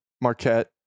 Marquette